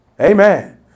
Amen